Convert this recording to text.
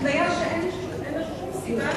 התניה שאין לה שום סיבה,